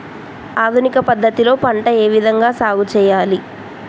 ఆధునిక పద్ధతి లో పంట ఏ విధంగా సాగు చేయాలి?